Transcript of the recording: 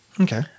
Okay